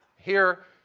here,